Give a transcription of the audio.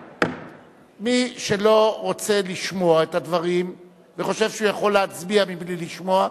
מי שלא רוצה לשמוע את הדברים וחושב שהוא יכול להצביע בלי לשמוע,